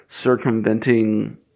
Circumventing